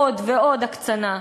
עוד ועוד הקצנה.